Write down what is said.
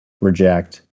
reject